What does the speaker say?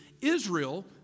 Israel